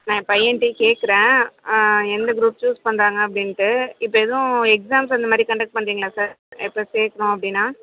நான் என் பையன்கிட்டயே கேட்குறேன் எந்த குரூப் சூஸ் பண்ணுறாங்க அப்படின்ட்டு இப்போ எதுவும் எக்ஸாம்ஸ் அந்தமாதிரி கண்டக்ட் பண்ணுறீங்களா சார் இப்போ சேர்க்கணும் அப்படின்னா